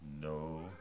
No